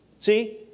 See